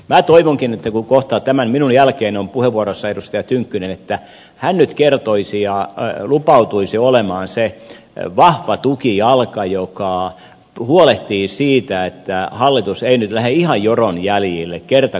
minä toivonkin kun kohta minun jälkeeni on puheenvuoro edustaja tynkkysellä että hän nyt kertoisi ja lupautuisi olemaan se vahva tukijalka joka huolehtii siitä että hallitus ei nyt lähde ihan joron jäljille kerta kaikkiaan